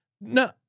No